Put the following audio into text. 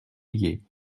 liés